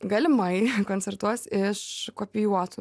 galimai koncertuos iš kopijuotų